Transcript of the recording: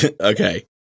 Okay